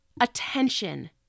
attention